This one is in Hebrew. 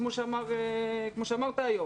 כמו שאמרת היום,